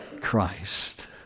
Christ